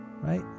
right